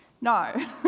No